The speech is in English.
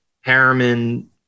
Harriman